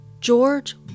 George